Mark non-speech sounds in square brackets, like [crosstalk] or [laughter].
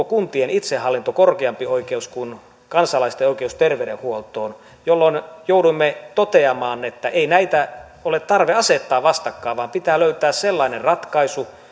[unintelligible] kuntien itsehallinto korkeampi oikeus kuin kansalaisten oikeus terveydenhuoltoon jolloin jouduimme toteamaan että ei näitä ole tarve asettaa vastakkain vaan pitää löytää sellainen ratkaisu